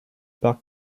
parc